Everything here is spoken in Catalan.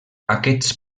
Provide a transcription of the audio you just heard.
aquests